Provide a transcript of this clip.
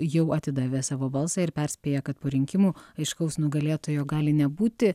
jau atidavė savo balsą ir perspėja kad po rinkimų aiškaus nugalėtojo gali nebūti